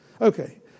Okay